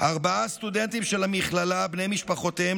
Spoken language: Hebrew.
ארבעה סטודנטים של המכללה בני משפחותיהם